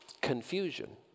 Confusion